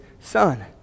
Son